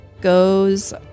Goes